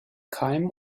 keim